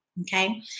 okay